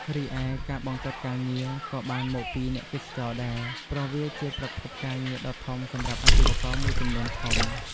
រីឯ ការបង្កើតការងារ ក៏បានមកពីអ្នកទេសចរណ៍ដែរ ព្រោះវាជាប្រភពការងារដ៏ធំសម្រាប់អាជីវករមួយចំនួនធំ។